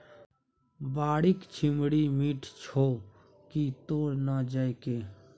बाड़ीक छिम्मड़ि मीठ छौ की तोड़ न जायके